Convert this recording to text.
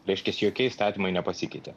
reiškias jokie įstatymai nepasikeitė